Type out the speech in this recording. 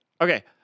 Okay